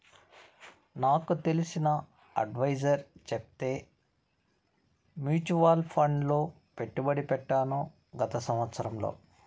నాకు తెలిసిన అడ్వైసర్ చెప్తే మూచువాల్ ఫండ్ లో పెట్టుబడి పెట్టాను గత సంవత్సరంలో